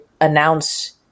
announce